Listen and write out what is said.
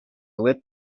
lit